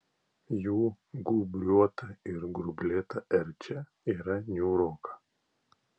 jų gūbriuota ir grublėta erčia yra niūroka